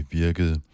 virkede